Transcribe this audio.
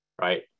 right